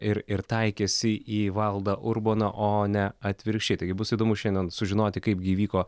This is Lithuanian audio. ir ir taikėsi į valdą urboną o ne atvirkščiai taigi bus įdomu šiandien sužinoti kaipgi įvyko